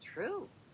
True